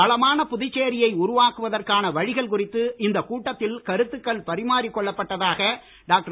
வளமான புதுச்சேரியை உருவாக்குவதற்கான வழிகள் குறித்து இந்தக் கூட்டத்தில் கருத்துக்கள் பரிமாறிக் கொள்ளப் பட்டதாக டாக்டர்